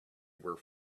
were